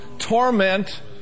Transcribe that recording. torment